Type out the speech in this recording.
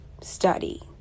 study